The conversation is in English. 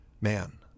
man